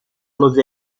los